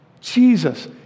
Jesus